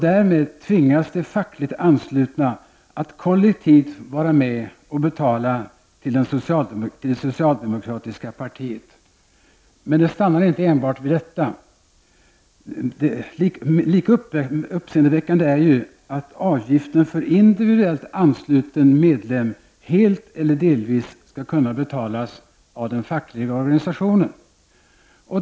Därmed tvingas de fackligt anslutna att kollektivt vara med och betala till det socialdemokratiska partiet. Men det stannar inte enbart vid detta. Lika uppseendeväckande är att avgiften för individuellt ansluten medlem helt eller delvis skall kunna betalas av den fackliga organisationen.